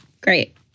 Great